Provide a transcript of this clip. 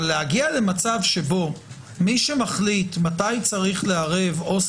אבל להגיע למצב שבו מי שמחליט מתי צריך לערב עובד